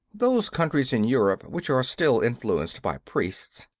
those countries in europe which are still influenced by priests,